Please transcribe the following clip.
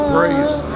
Praise